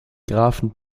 grafen